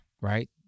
right